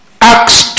Acts